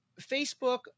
Facebook